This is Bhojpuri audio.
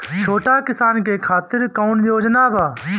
छोटा किसान के खातिर कवन योजना बा?